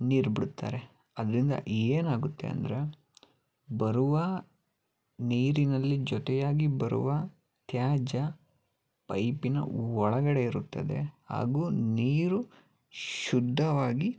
ನೀರು ಬಿಡುತ್ತಾರೆ ಅದರಿಂದ ಏನಾಗುತ್ತೆ ಅಂದರೆ ಬರುವ ನೀರಿನಲ್ಲಿ ಜೊತೆಯಾಗಿ ಬರುವ ತ್ಯಾಜ್ಯ ಪೈಪಿನ ಒಳಗಡೆ ಇರುತ್ತದೆ ಹಾಗೂ ನೀರು ಶುದ್ಧವಾಗಿ